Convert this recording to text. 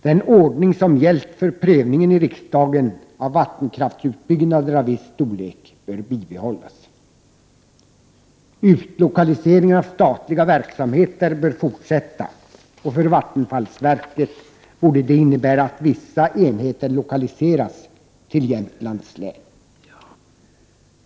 Den ordning som gällt för prövningen i riksdagen av vattenkraftsutbyggnader av viss storlek bör bibehållas. Utlokaliseringen av statliga verksamheter bör fortsätta. För vattenfallsverket borde det innebära att vissa enheter lokaliseras till Jämtlands län.